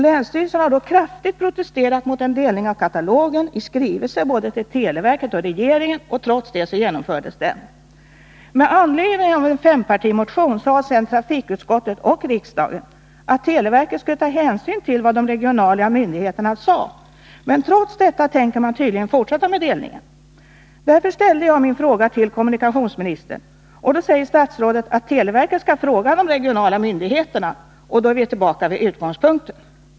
Länsstyrelsen har då kraftigt protesterat mot en delning av katalogen i skrivelser till både televerket och regeringen. Trots detta genomfördes delningen. Med anledning av en fempartimotion har sedan trafikutskottet och riksdagen lovat att televerket skulle ta hänsyn till vad de regionala myndigheterna sade, men ändå tänker man tydligen fortsätta med att ha två delar av katalogen. Därför ställde jag min fråga till kommunikationsministern. Statsrådet svarar att televerket först skall fråga de regionala myndigheterna — och då är vi ju tillbaka vid utgångspunkten!